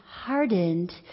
hardened